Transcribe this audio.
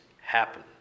happen